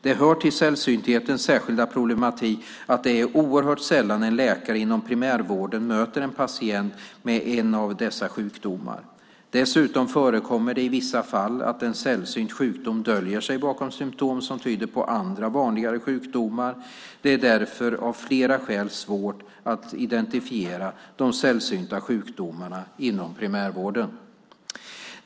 Det hör till sällsynthetens särskilda problematik att det är oerhört sällan en läkare inom primärvården möter en patient med en av dessa sjukdomar. Dessutom förekommer det i vissa fall att en sällsynt sjukdom döljer sig bakom symtom som tyder på andra vanligare sjukdomar. Det är därför av flera skäl svårt att identifiera de sällsynta sjukdomarna inom primärvården.